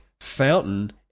Fountain